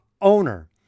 owner